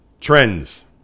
trends